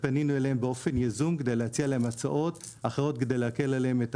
ופנינו אליהם באופן יזום כדי להציע להם הצעות אחרות כדי להקל עליהם את